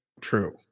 True